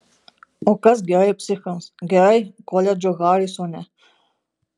o kas gerai psichams gerai koledžui harisone